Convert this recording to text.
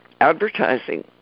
advertising